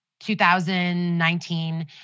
2019